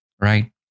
right